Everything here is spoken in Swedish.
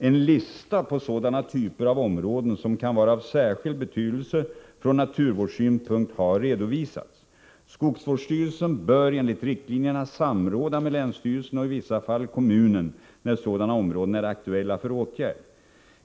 En lista på sådana typer av områden som kan vara av särskild betydelse från naturvårdssynpunkt har redovisats. Skogsvårdsstyrelsen bör enligt riktlinjerna samråda med länsstyrelsen och i vissa fall med kommunen när sådana områden är aktuella för åtgärd.